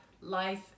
life